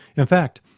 in fact,